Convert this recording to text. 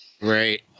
Right